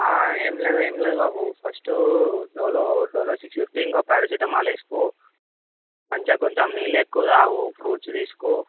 ఏం లేదు ఏం లేదు బాబు first Dolo Dolo six fifty ఇంకో పారాసిటమాల్ వేసుకో మంచిగా కొంచెం నీళ్ళెక్కువ తాగు ఫ్రూట్స్ తీసుకో